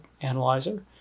analyzer